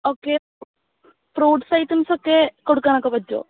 okay fruits items ഒക്കെ കൊടുക്കാനൊക്കെ പറ്റുമോ